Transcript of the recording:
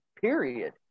Period